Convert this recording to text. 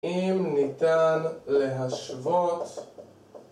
אם ניתן להשוות